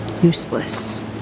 useless